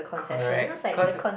correct cause